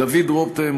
דוד רותם,